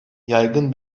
yaygın